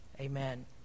Amen